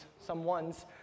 someone's